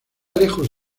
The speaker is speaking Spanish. lejos